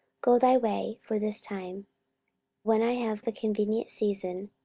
go thy way for this time when i have a convenient season,